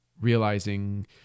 realizing